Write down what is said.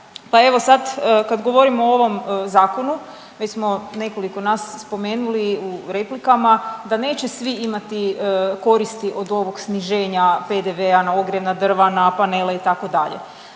evo sad kad govorimo o ovom Zakonu, već smo nekoliko nas spomenuli u replikama, da neće svi imati koristi od ovog sniženja PDV-a na ogrjevna drva, na panele, itd.